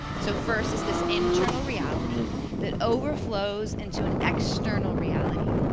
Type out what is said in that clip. so first it's this internal reality that overflows into an external reality.